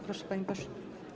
Proszę, panie pośle.